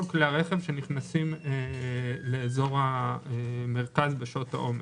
כלי הרכב שנכנסים לאזור המרכז בשעות העומס.